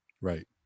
Right